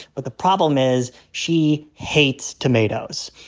but the problem is, she hates tomatoes.